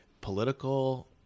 Political